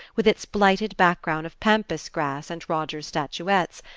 with its blighted background of pampas grass and rogers statuettes,